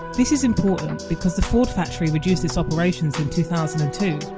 this is important because the ford factory reduced its operations in two thousand and two,